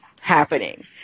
happening